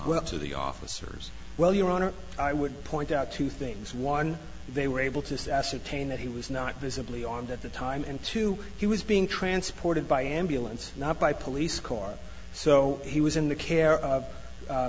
went to the officers well your honor i would point out two things one they were able to sass attain that he was not visibly armed at the time and two he was being transported by ambulance not by police car so he was in the care of